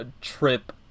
trip